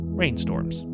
rainstorms